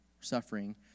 suffering